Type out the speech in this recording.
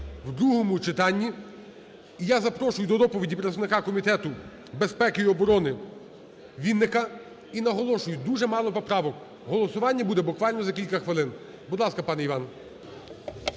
в другому читанні. І я запрошую до доповіді представника Комітету безпеки і оборони Вінника. І наголошую дуже мало поправок, голосування буде буквально за кілька хвилин. Будь ласка, пане Іван.